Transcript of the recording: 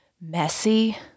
messy